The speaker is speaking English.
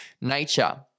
nature